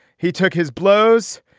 he took his blows.